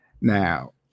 now